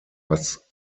was